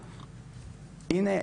הנה,